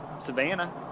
Savannah